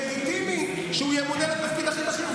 זה לגיטימי שהוא ימונה לתפקיד הכי בכיר,